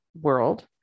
world